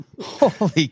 Holy